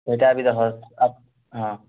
ଏଇଟା ବି ଦେଖ ହଁ